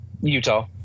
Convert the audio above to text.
Utah